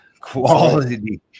quality